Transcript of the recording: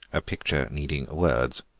a picture needing words,